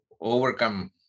overcome